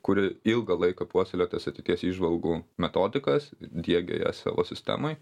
kuri ilgą laiką puoselėjo tas ateities įžvalgų metodikas diegė jas savo sistemoj